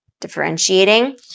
differentiating